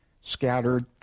scattered